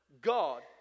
God